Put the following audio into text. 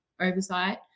oversight